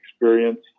experience